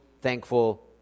thankful